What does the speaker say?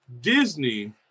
Disney